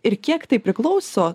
ir kiek tai priklauso